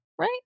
right